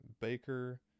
Baker